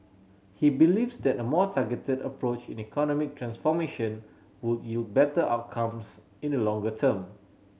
he believes that a more targeted approach in economic transformation would yield better outcomes in the longer term